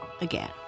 again